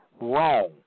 wrong